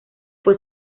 fue